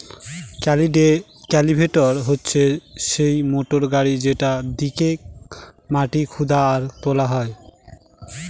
cultivator হচ্ছে সেই motor গাড়ি যেটা দিয়েক মাটি খুদা আর তোলা হয়